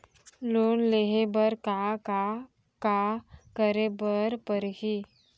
Loan लेहे बर का का का करे बर परहि?